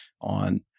on